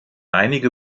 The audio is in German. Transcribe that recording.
einige